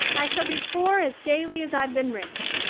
i shall be poor as gaily as i've been rich.